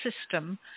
system